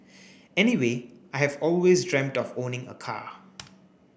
anyway I have always dreamt of owning a car